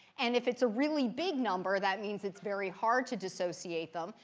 and if it's a really big number, that means it's very hard to dissociate them,